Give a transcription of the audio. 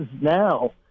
now